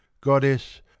Goddess